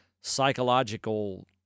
psychological